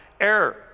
error